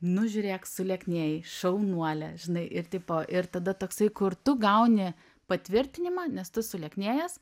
nu žiūrėk sulieknėjai šaunuolė žinai ir tipo ir tada toksai kur tu gauni patvirtinimą nes tu sulieknėjęs